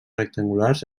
rectangulars